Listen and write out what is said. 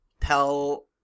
tell